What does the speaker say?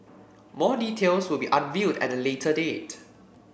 more details will be unveiled at a later date